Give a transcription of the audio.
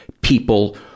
people